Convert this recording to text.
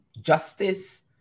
justice